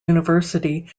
university